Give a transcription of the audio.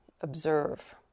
Observe